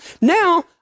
Now